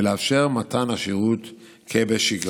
ולאפשר את מתן השירות כבשגרה.